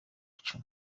cumi